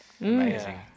Amazing